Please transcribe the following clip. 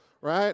right